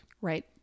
right